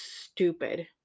stupid